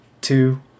two